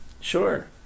Sure